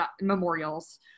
memorials